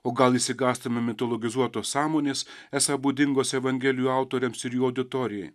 o gal išsigąstame mitologizuotos sąmonės esą būdingos evangelijų autoriams ir jų auditorijai